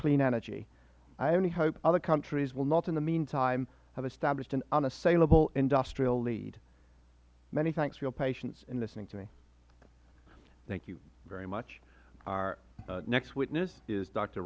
clean energy i only hope other countries will not in the meantime have established an unassailable industrial lead many thanks for your patience in listening to me the chairman thank you very much our next witness is doctor